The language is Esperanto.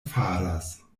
faras